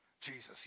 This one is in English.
Jesus